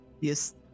yes